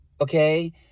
Okay